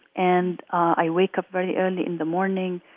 and i wake up very early in the morning.